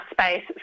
space